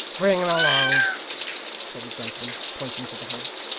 bring him along said the gentleman, pointing to the house.